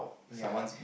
ya